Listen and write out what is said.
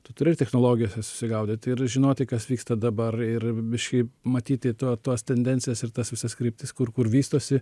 tu turi technologijose susigaudyt ir žinoti kas vyksta dabar ir biškį matyti to tuos tendencijas ir tas visas kryptis kur kur vystosi